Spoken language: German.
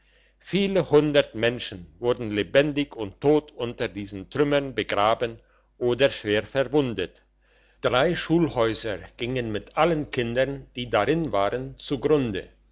viele hundert menschen wurden lebendig und tot unter diesen trümmern begraben oder schwer verwundet drei schulhäuser gingen mit allen kindern die darin waren zugrunde